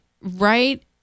right